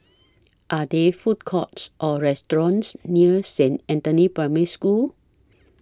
Are There Food Courts Or restaurants near Saint Anthony's Primary School